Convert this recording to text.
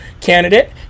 candidate